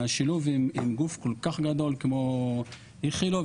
מהשילוב עם גוף כל כך גדול כמו איכילוב,